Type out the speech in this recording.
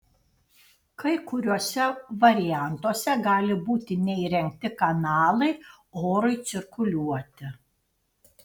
kai kuriuose variantuose gali būti neįrengti kanalai orui cirkuliuoti